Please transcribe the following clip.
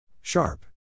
Sharp